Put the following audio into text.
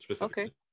Okay